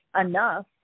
enough